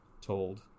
told